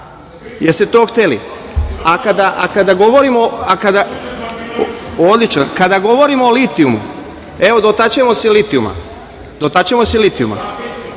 ste to hteli? A kada govorimo o litijumu, evo dotaći ćemo se i litijuma,